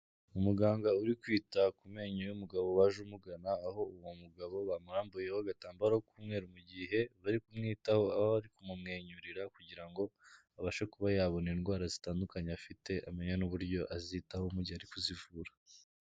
Umuganga uri kwita ku menyo y’umugabo waje umuganga aho uwo mugabo bamurambuyeho agatambaro kumweru, mu gihe bari kumwitaho, aho ari kumwenyurira kugira ngo abashe kuba yabona indwara zitandukanye afite, amenye n’uburyo azitaho mu gihe ari kuzivura.